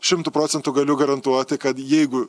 šimtu procentų galiu garantuoti kad jeigu